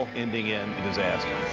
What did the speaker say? ending in a disaster.